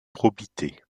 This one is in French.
probité